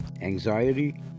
Anxiety